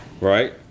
Right